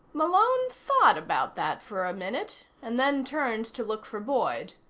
malone thought about that for a minute, and then turned to look for boyd.